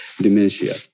dementia